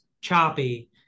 choppy